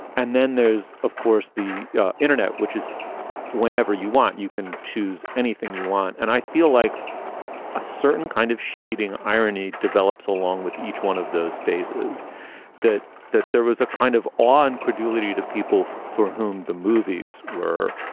and then there's of course, the internet, which is whenever you want, you can choose anything you want. and i feel like a certain kind of shit eating irony develops along with each one of those phases that that there was a kind of on credulity to people for whom the movies were,